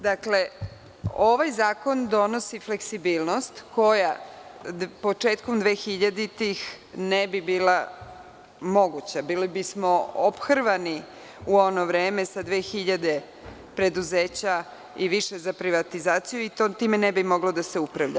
Dakle, ovaj zakon donosi fleksibilnost, koja početkom dvehiljaditih ne bi bila moguća, bili bismo ophrvani u ono vreme sa 2000 preduzeća i više za privatizaciju i time ne bi moglo da se upravlja.